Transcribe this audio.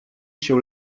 się